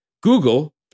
Google